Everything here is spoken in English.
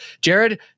jared